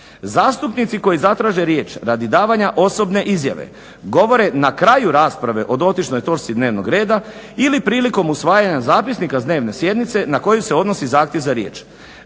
"Zastupnici koji zatraže riječ radi davanja osobne izjave govore na kraju rasprave o dotičnoj točci dnevnog reda ili prilikom usvajanja zapisnika s dnevne sjednice na koju se odnosi zahtjev za riječ.